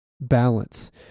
balance